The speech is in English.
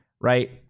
right